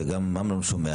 ועכשיו גם אמנון שומע